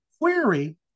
query